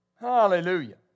Hallelujah